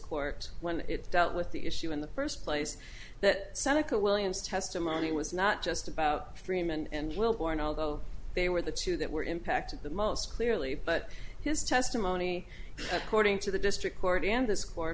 court when it dealt with the issue in the first place that seneca williams testimony was not just about freeman and will born although they were the two that were impacted the most clearly but his testimony cording to the district court and this court